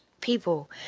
people